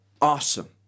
awesome